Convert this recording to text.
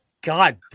God